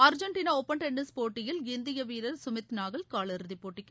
Argentina open tennis போட்டியில் இந்திய வீரர் சுமித் நாகல் காலிறுதி போட்டிக்கு